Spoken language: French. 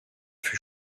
fut